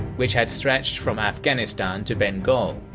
which had stretched from afghanistan to bengal.